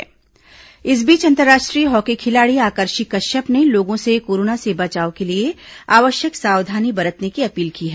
corona जागरूकता इस बीच अंतर्राष्ट्रीय हॉकी खिलाड़ी आकर्षि कश्यप ने लोगों से कोरोना से बचाव के लिए आवश्यक सावधानी बरतने की अपील की है